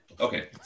Okay